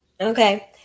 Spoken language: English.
okay